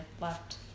left